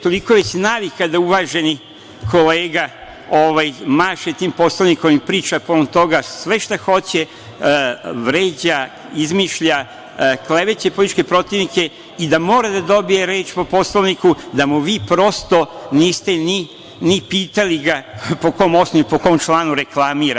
Toliko je već navika da uvaženi kolega maše tim Poslovnikom i priča povodom toga sve što hoće, vređa, izmišlja, kleveće političke protivnike, i da mora da dobije reč po Poslovniku, da ga vi prosto niste ni pitali po kom osnovu i po kom članu reklamira.